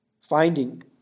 finding